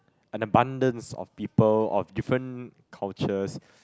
an abundance of people of different cultures